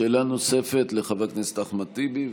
שאלה נוספת, לחבר הכנסת אחמד טיבי.